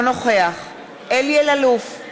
אינו נוכח אלי אלאלוף,